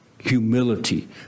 Humility